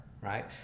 right